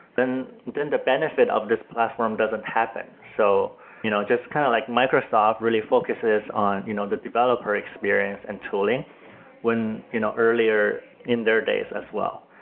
then then the benefit of this platform doesn't happen. so you know just kind of like microsoft really focuses on you know the developer experience and tooling you know earlier in their days as well.